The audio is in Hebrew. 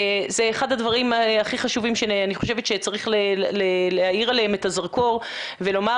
זה אחד הדברים הכי חשובים שאני חושבת שצריך להאיר עליהם את הזרקור ולומר